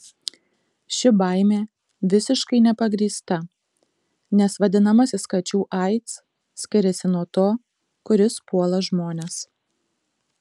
ši baimė visiškai nepagrįsta nes vadinamasis kačių aids skiriasi nuo to kuris puola žmones